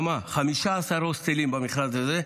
15 הוסטלים במכרז הזה.